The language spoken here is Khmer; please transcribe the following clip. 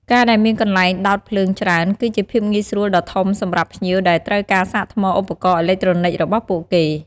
ការដែលមានកន្លែងដោតភ្លើងច្រើន គឺជាភាពងាយស្រួលដ៏ធំសម្រាប់ភ្ញៀវដែលត្រូវការសាកថ្មឧបករណ៍អេឡិចត្រូនិចរបស់ពួកគេ។